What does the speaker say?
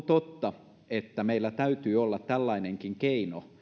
totta että meillä täytyy olla tällainenkin keino